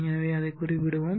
எனவே அதைக் குறிப்பிடுவோம்